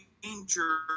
danger